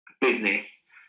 business